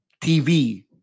TV